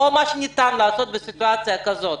או מה ניתן לעשות בסיטואציה כזאת?